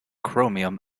chromium